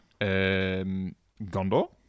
Gondor